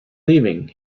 leaving